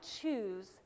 choose